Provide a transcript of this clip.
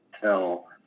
tell